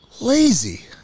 lazy